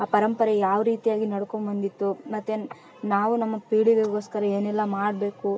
ಆ ಪರಂಪರೆ ಯಾವ ರೀತಿಯಾಗಿ ನಡ್ಕೊಂಡು ಬಂದಿತ್ತು ಮತ್ತು ನಾವು ನಮ್ಮ ಪೀಳಿಗೆಗೋಸ್ಕರ ಏನೆಲ್ಲ ಮಾಡಬೇಕು